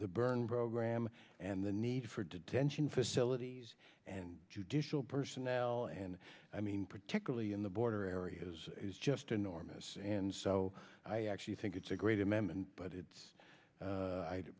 the byrne program and the need for detention facilities and judicial personnel and i mean particularly in the border areas is just enormous and so i actually think it's a great amendment but it's